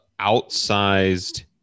outsized